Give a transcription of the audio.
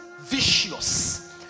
vicious